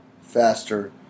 faster